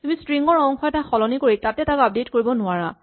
তুমি ষ্ট্ৰিং ৰ অংশ এটা সলনি কৰি তাতে তাক আপডেট কৰিব নোৱাৰা